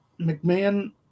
McMahon